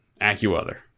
AccuWeather